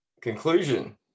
conclusion